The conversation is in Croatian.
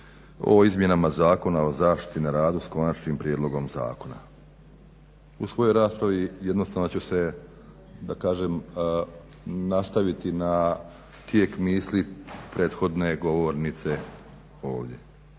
o izmjenama Zakona o zaštiti na radu s Konačnim prijedlogom zakona. U svojoj raspravi jednostavno ću se da kažem nastaviti na tijek misli prethodne govornice ovdje,